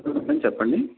చెప్పండి